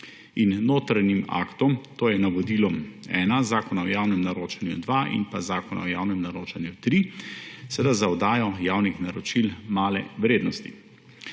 in notranjim aktom, to je navodilom-1 Zakona o javnem naročanju-2 dva in Zakona o javnem naročanju-3 za oddajo javnih naročil male vrednosti.